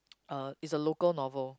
uh it's a local novel